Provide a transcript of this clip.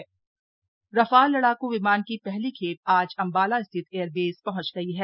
Rafale Rafale लडाकू विमान की पहली खेप आज अम्बाला स्थित एयरबेस पहंच गई है